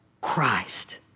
Christ